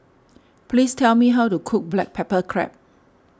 please tell me how to cook Black Pepper Crab